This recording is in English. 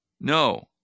No